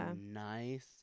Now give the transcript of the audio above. nice